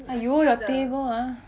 !aiyo! your table ah